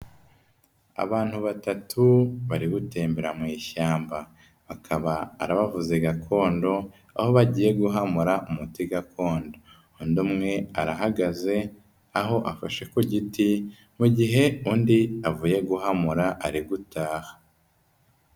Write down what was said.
Abantu batatu bari gutembera mu ishyamba. Bakaba ari abavuzi gakondo, aho bagiye guhamura umuti gakondo. Undi umwe arahagaze, aho afashe ku giti, mu gihe undi avuye guhamura ari gutaha.